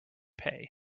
pay